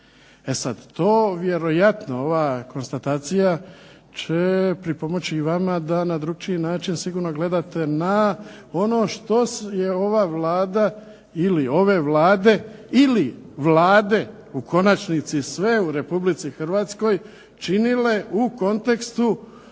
E sad, to vjerojatno ova konstatacija će pripomoći i vama da na drukčiji način sigurno gledate na ono što je ova Vlada ili ove vlade ili vlade u konačnici sve u RH činile u kontekstu